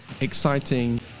exciting